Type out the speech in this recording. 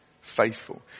faithful